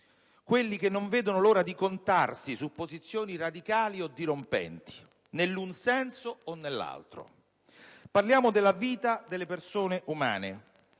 quali non vedono l'ora di contarsi su posizioni radicali o dirompenti, nell'un senso o nell'altro. Parliamo della vita delle persone umane,